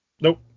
Nope